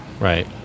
Right